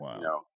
Wow